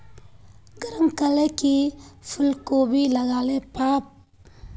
गरम कले की फूलकोबी लगाले पाम?